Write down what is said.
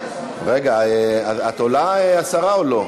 רגע, את עולה, השרה, או לא?